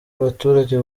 abaturage